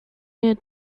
near